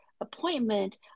appointment